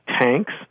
tanks